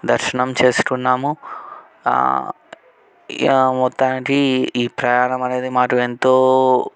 దర్శనం చేసుకున్నాము ఇక మొత్తానికి ఈ ప్రయాణం అనేది మాకు ఎంతో